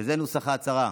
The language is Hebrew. וזה נוסח ההצהרה: